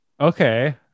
Okay